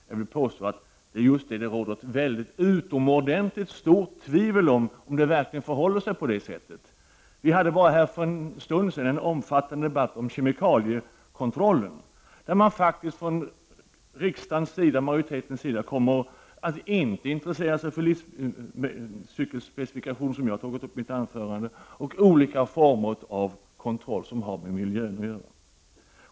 Jag vill påstå att det är just om detta som det råder utomordentligt stort tvivel. För bara en stund sedan hade vi en omfattande debatt om kemikaliekontrollen. Här kommer majoriteten inte att intressera sig för den livscykelspecifikation som jag tog upp i mitt anförande liksom för olika former av kontroll som har med miljön att göra.